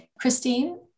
Christine